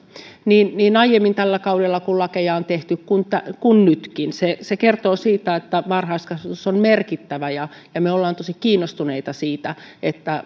niin niin aiemmin tällä kaudella kun lakeja on tehty kuin nytkin se se kertoo siitä että varhaiskasvatus on merkittävä ja ja me olemme tosi kiinnostuneita siitä